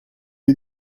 you